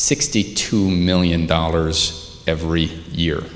sixty two million dollars every year